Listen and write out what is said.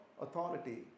authority